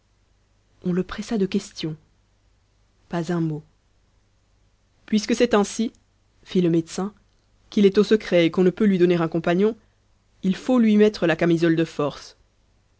on le pressa de questions pas un mot puisque c'est ainsi fit le médecin qu'il est au secret et qu'on ne peut lui donner un compagnon il faut lui mettre la camisole de force